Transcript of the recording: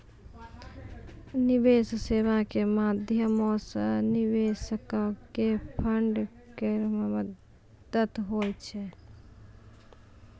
निवेश सेबा के माध्यमो से निवेशको के फंड करै मे मदत होय छै